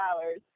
hours